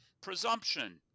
presumption